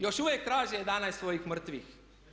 Još uvijek traže 11 svojih mrtvih.